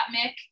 Mick